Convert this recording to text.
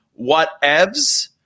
whatevs